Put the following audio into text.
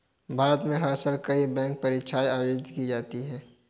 भारत में हर साल कई बैंक परीक्षाएं आयोजित की जाती हैं